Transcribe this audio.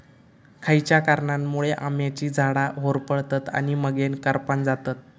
खयच्या कारणांमुळे आम्याची झाडा होरपळतत आणि मगेन करपान जातत?